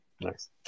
Nice